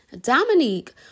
Dominique